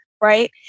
right